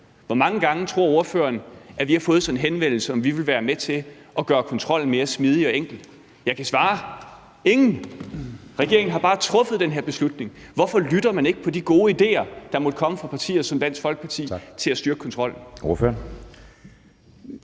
Hvor mange gange tror ordføreren, at vi har fået sådan en henvendelse om, om vi vil være med til at gøre kontrollen mere smidig og enkel? Jeg kan svare med at sige ingen! Regeringen har bare truffet den her beslutning. Hvorfor lytter man ikke til de gode ideer, der måtte komme fra partier som Dansk Folkeparti, til at styrke kontrollen?